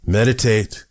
Meditate